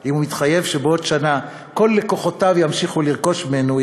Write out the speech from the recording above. אם הוא מתחייב שבעוד שנה כל לקוחותיו ימשיכו לרכוש ממנו,